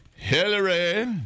Hillary